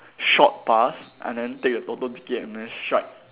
short past and then take the Toto ticket and then strike